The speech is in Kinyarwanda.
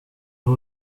aho